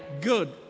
good